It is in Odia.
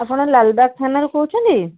ଆପଣ ଲାଲବାଗ୍ ଥାନାରୁ କହୁଛନ୍ତି